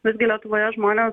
visgi lietuvoje žmonės